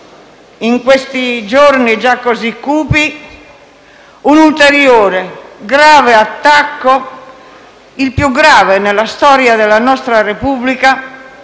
in questi giorni già così cupi, un ulteriore grave attacco, il più grave nella storia della nostra Repubblica,